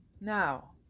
now